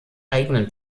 eigenen